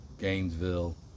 Gainesville